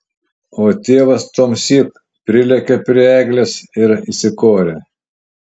o tėvas tuomsyk prilėkė prie eglės ir įsikorė